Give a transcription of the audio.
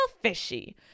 fishy